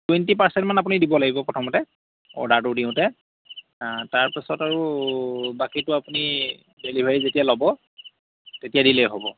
twenty percent মানে আপুনি দিব লাগিব প্ৰথমতে অৰ্ডাৰটো দিওঁতে তাৰ পাছত আৰু বাকিটো আপুনি ডেলিভাৰি যেতিয়া ল'ব তেতিয়া দিলেই হ'ব